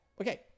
Okay